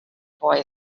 boy